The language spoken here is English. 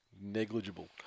Negligible